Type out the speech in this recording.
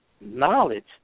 Knowledge